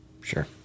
Sure